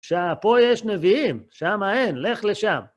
כשפה יש נביאים, שם אין, לך לשם.